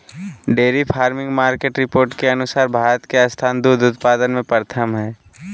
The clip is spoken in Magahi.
डेयरी फार्मिंग मार्केट रिपोर्ट के अनुसार भारत के स्थान दूध उत्पादन में प्रथम हय